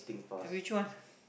which one